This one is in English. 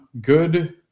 good